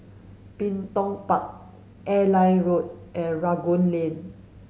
Bin Tong Park Airline Road and Rangoon Lane